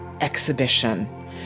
exhibition